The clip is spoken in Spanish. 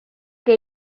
que